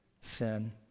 sin